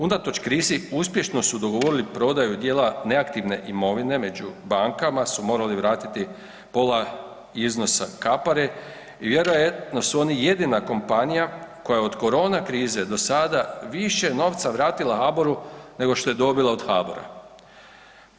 Unatoč krizi uspješno su dogovorili prodaju dijela neaktivne imovine među bankama su morali vratiti pola iznosa kapara i vjerojatno su oni jedina kompanija koja je od korona krize do sada više novca vratila HABOR-u nego što je dobila od HABOR-a.